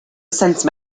sense